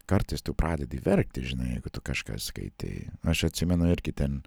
kartais tu pradedi verkti žinai jeigu tu kažką skaitei aš atsimenu irgi ten